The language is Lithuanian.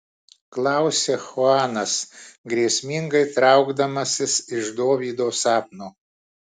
klausia chuanas grėsmingai traukdamasis iš dovydo sapno